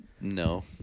No